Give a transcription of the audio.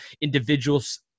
individuals